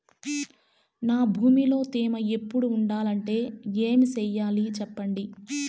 నా భూమిలో తేమ ఎప్పుడు ఉండాలంటే ఏమి సెయ్యాలి చెప్పండి?